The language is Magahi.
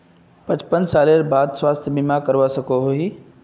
पचपन सालेर बाद स्वास्थ्य बीमा करवा सकोहो ही?